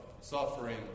suffering